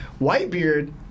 Whitebeard